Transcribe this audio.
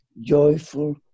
joyful